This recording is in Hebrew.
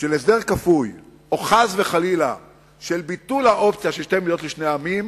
של הסדר כפוי או חס וחלילה של ביטול האופציה של שתי מדינות לשני עמים,